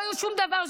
לא יהיו שום דבר,